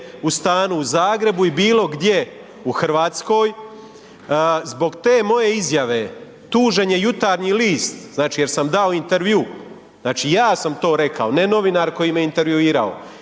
u stanu u Zagrebu i bilo gdje u Hrvatskoj. Zbog te moje izjave tužen je Jutarnji list, znači jer sam dao intervju, znači ja sam to rekao ne novinar koji me intervjuirao